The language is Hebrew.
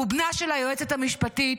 הוא בנה של היועצת המשפטית,